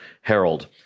Harold